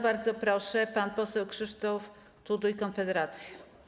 Bardzo proszę, pan poseł Krzysztof Tuduj, Konfederacja.